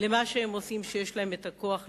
למה שהם עושים כשיש להם הכוח לפגוע.